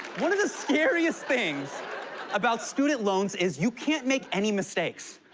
one of the scariest things about student loans is you can't make any mistakes.